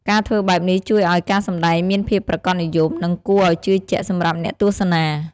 ការធ្វើបែបនេះជួយឱ្យការសម្ដែងមានភាពប្រាកដនិយម និងគួរឲ្យជឿជាក់សម្រាប់អ្នកទស្សនា។